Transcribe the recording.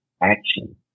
action